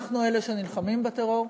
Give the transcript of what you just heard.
אנחנו אלה שנלחמים בטרור,